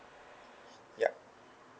yup